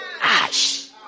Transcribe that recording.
ash